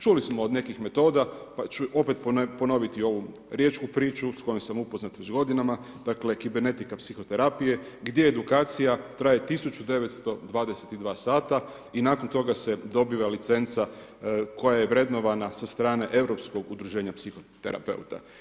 Čuli smo od nekih metoda, pa ću opet ponoviti ovu riječku priču, s kojom sam upoznat već godinama, dakle, kibernetika, psihoterapije, gdje edukacija traje 1922 sata i nakon toga se dobiva licenca koja je vrednovana sa strane europskog udruženja psihoterapeuta.